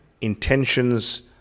intentions